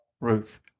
Ruth